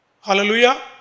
Hallelujah